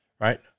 Right